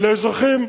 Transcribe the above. אבל האזרחים,